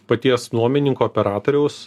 paties nuomininko operatoriaus